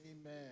Amen